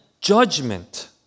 judgment